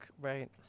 right